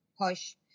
push